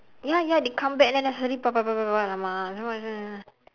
ya ya they come back then suddenly !alamak!